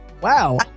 Wow